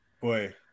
Boy